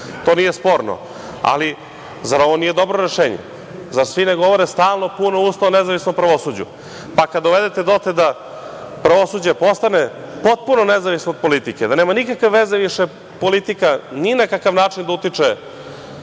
To nije sporno. Ali, zar ovo nije dobro rešenje? Zar svi ne govore, stalno puna usta o nezavisnom pravosuđu, pa kad dovedete dotle da pravosuđe postane potpuno nezavisno od politike, da nema nikakve veze više politika, ni na kakav način da utiče